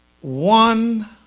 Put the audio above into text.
one